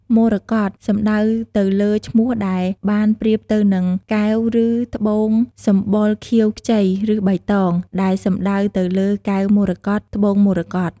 មរកត សំដៅទៅលើឈ្មោះដែលបានប្រៀបទៅនឹង កែវឬត្បូងសម្បុរខៀវខ្ចី ឬបៃតង ដែលសំដៅទៅលើ កែវមរកត ត្បូងមរកត។